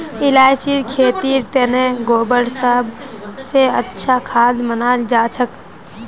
इलायचीर खेतीर तने गोबर सब स अच्छा खाद मनाल जाछेक